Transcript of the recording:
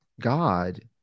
God